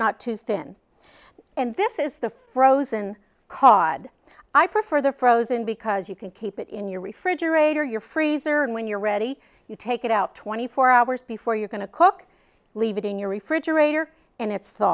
not too thin and this is the frozen cod i prefer the frozen because you can keep it in your refrigerator your freezer and when you're ready you take it out twenty four hours before you're going to cook leave it in your refrigerator and it's